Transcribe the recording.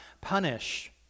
punish